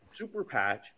Superpatch